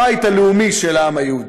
הבית הלאומי של העם היהודי.